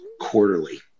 quarterly